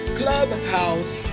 clubhouse